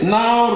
now